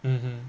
mmhmm